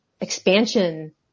expansion